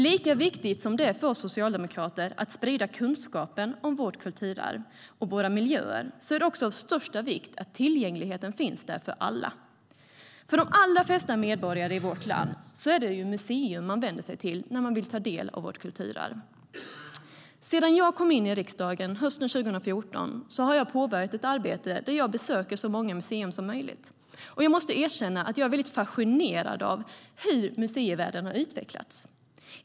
Lika viktigt som det är för oss socialdemokrater att sprida kunskapen om vårt kulturarv och våra miljöer är det att tillgängligheten finns för alla. För de allra flesta medborgarna i vårt land är det ett museum de vänder sig till när de ta del av vårt kulturarv. Sedan jag kom in i riksdagen, hösten 2014, har jag påbörjat ett arbete med att besöka så många museer som möjligt. Jag måste erkänna att jag är fascinerad av hur museivärlden har utvecklats.